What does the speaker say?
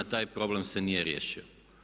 Taj problem se nije riješio.